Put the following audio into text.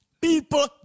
People